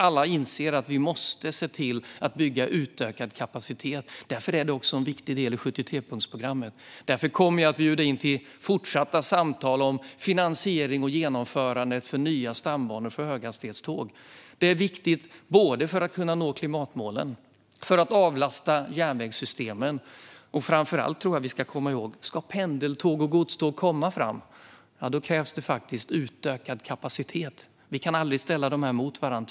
Alla inser att vi måste se till att bygga utökad kapacitet. Därför är detta också en viktig del i 73-punktsprogrammet, och därför kommer jag att bjuda in till fortsatta samtal om finansiering och genomförande av nya stambanor för höghastighetståg. Detta är viktigt både för att vi ska kunna nå klimatmålen och för att avlasta järnvägssystemen. Framför allt tror jag att vi ska komma ihåg att det faktiskt krävs utökad kapacitet om pendeltåg och godståg ska komma fram. Vi kan aldrig ställa dessa mot varandra.